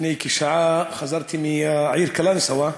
לפני כשעה חזרתי מהעיר קלנסואה,